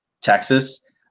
Texas